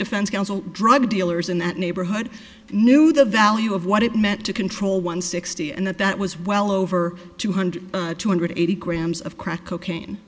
defense counsel drug dealers in that neighborhood knew the value of what it meant to control one sixty and that that was well over two hundred two hundred eighty grams of crack cocaine